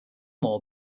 more